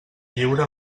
lliure